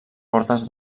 portes